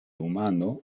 humano